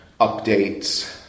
updates